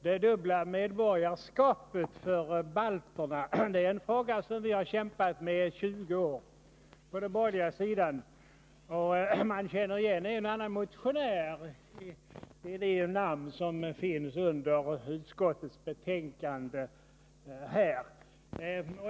Det dubbla medborgarskapet för balterna är en fråga som vi har kämpat med i 20 år på den borgerliga sidan, och man känner igen en och annan motionär bland de namn som finns under utskottets betänkande.